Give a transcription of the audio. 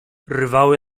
rwały